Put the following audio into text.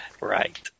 Right